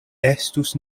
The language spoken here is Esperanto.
estus